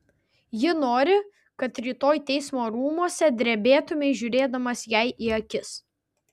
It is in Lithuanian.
ji nori kad rytoj teismo rūmuose drebėtumei žiūrėdamas jai į akis